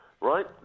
right